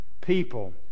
people